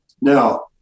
Now